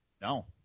No